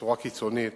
בצורה קיצונית